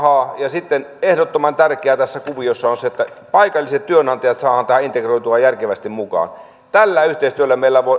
ja sitten ehdottoman tärkeää tässä kuviossa on se että paikalliset työnantajat saadaan tähän integroitua järkevästi mukaan tällä yhteistyöllä meillä